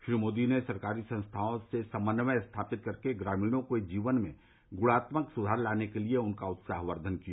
श्री मोदी ने सरकारी संस्थाओं से समन्वय स्थापित करके ग्रामीणों के जीवन में गुणात्मक सुधार लाने के लिए उनका उत्साहवर्धन किया